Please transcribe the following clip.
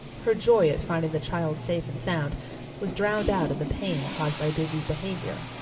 her joy at finding the child safe and sound was drowned out in the pain caused by davy's behavior.